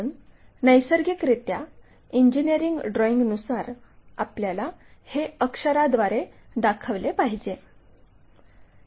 म्हणून नैसर्गिकरित्या इंजिनिअरिंग ड्रॉइंगनुसार आपल्याला हे अक्षराद्वारे दाखवले पाहिजे